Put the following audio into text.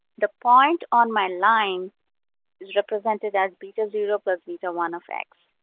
the point on my line is represented as beta zero plus beta one of x.